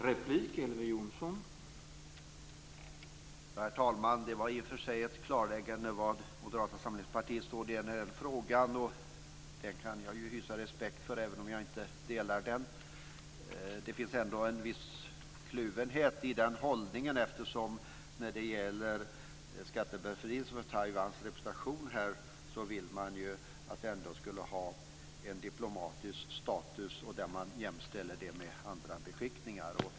Herr talman! Det var i och för sig ett klarläggande av var Moderata samlingspartiet står i den här frågan, och den uppfattningen kan jag hysa respekt för även om jag inte delar den. Det finns ändå en viss kluvenhet i den hållningen. Vad gäller skattebefrielse för Taiwans representation här vill man att denna ska ha en diplomatisk status jämställd med andra beskickningars.